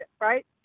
right